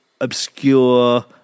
obscure